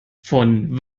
von